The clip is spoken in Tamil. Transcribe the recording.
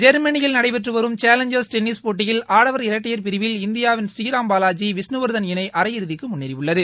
ஜெர்மனியில் நடைபெற்று வரும் சேலஞ்சர் டென்னிஸ் போட்டியில் ஆடவர் இரட்டையர் பிரிவில் இந்தியாவின் ஸ்ரீராம் பாவாஜி விஸ்னுவர்தன் இணை அரையிறுதிக்கு முன்னேறியுள்ளது